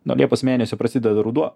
nuo liepos mėnesio prasideda ruduo